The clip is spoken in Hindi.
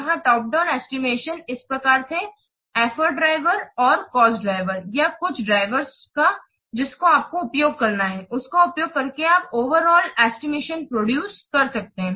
यहाँ टॉप डाउन एस्टिमेशन इस प्रकार थे एफर्ट ड्राइवर और कॉस्ट ड्राइवर या कुछ ड्राइवर्स का जिसको आपको उपयोग करना है उसका उपयोग करके आप ओवरॉल एस्टिमेशन प्रोडूस कर सकते है